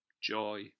Joy